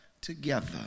together